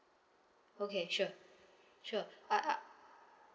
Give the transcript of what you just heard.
okay sure sure I I